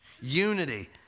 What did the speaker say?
unity